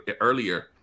earlier